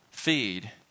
feed